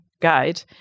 guide